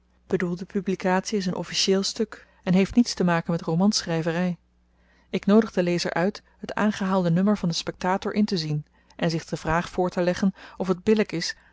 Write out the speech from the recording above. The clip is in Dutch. publikatie is n officieel stuk en heeft niets te maken met romanschryvery ik noodig den lezer uit het aangehaalde nummer van den spectator intezien en zich de vraag voorteleggen of t billyk is